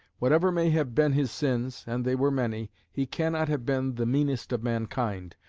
whatever may have been his sins, and they were many, he cannot have been the meanest of mankind,